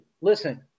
Listen